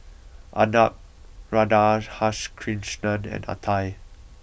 Arnab Radhakrishnan and Atal